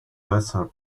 lesser